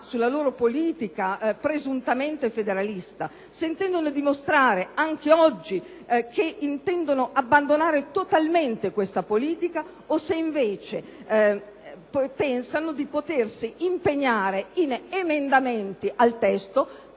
sulla loro politica presuntivamente federalista, se intendono dimostrare anche oggi che vogliono abbandonare totalmente questa politica o se, invece, pensano di potersi impegnare in emendamenti al testo